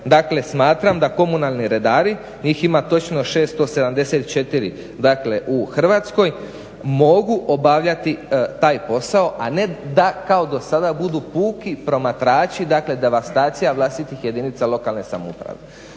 smatram da komunalni redari, njih ima točno 674 u Hrvatskoj, mogu obavljati taj posao, a ne da kao dosada budu puki promatrači, dakle devastacija vlastitih jedinica lokalne samouprave.